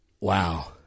wow